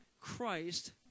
Christ